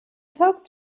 talk